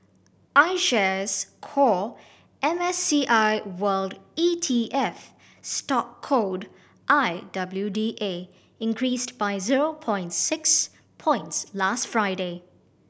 iShares Core M S C I World E T F stock code I W D A increased by zero point six points last Friday